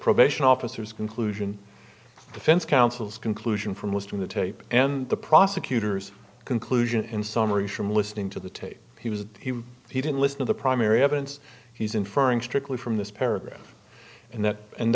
probation officers conclusion defense counsel's conclusion for most of the tape and the prosecutor's conclusion in summary from listening to the tape he was he he didn't listen to the primary evidence he's inferring strickly from this paragraph and that and